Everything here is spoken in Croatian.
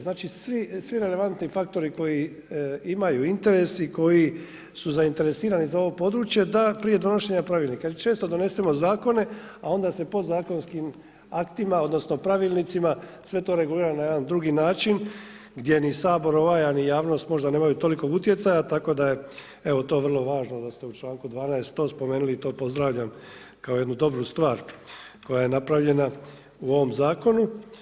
Znači svi relevantni faktori koji imaju interes i koji su zainteresirani za ovo područje da prije donošenja pravilnika jer često donesemo zakone a onda se podzakonskim aktima, odnosno pravilnicima, sve to regulira na jedan drugi način, gdje ni Sabor ovaj, a ni javnost možda nemaju tolikog utjecaja, tako da je evo to vrlo važno, da ste u članku 12. to spomenuli i to pozdravljam kao jednu dobru stvar koja je napravljena u ovom zakonu.